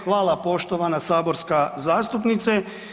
Hvala poštovana saborska zastupnice.